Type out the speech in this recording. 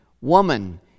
woman